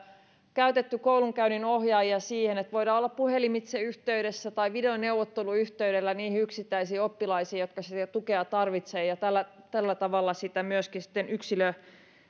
käytetty koulunkäynninohjaajia siihen että voidaan olla puhelimitse yhteydessä tai videoneuvotteluyhteydellä niihin yksittäisiin oppilaisiin jotka sitä tukea tarvitsevat ja tällä tällä tavalla sitä tukea myöskin sitten